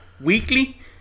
weekly